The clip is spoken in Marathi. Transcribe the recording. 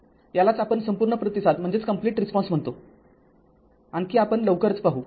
यालाच आपण संपूर्ण प्रतिसाद म्हणतो आणखी आपण लवकरच पाहू